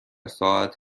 ساعت